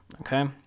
okay